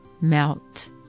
melt